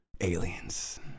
Aliens